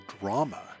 drama